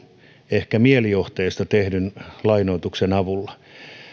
ehkä mielijohteesta tehdyn lainoituksen avulla ja